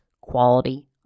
quality